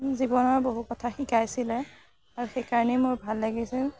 জীৱনৰ বহু কথা শিকাইছিলে আৰু সেইকাৰণেই মোৰ ভাল লাগিছিল